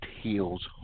heals